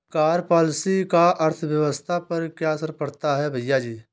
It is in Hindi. कर पॉलिसी का अर्थव्यवस्था पर क्या असर पड़ता है, भैयाजी?